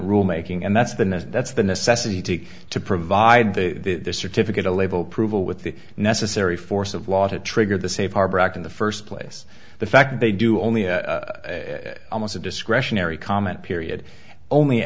rule making and that's the that's the necessity to provide the certificate a label prove it with the necessary force of law to trigger the safe harbor act in the first place the fact that they do only a almost a discretionary comment period only